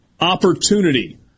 opportunity